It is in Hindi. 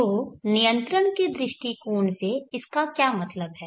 तो नियंत्रण के दृष्टिकोण से इसका क्या मतलब है